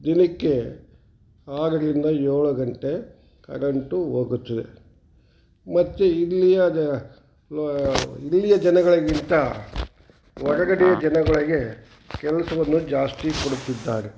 ದಿನಕ್ಕೆ ಆರರಿಂದ ಏಳು ಗಂಟೆ ಕರೆಂಟು ಹೋಗುತ್ತದೆ ಮತ್ತೆ ಇಲ್ಲಿ ಅದು ಮ ಇಲ್ಲಿಯ ಜನಗಳಿಗಿಂತ ಹೊರಗಡೆಯ ಜನಗಳಿಗೆ ಕೆಲಸವನ್ನ ಜಾಸ್ತಿ ಕೊಡುತ್ತಿದ್ದಾರೆ